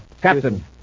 Captain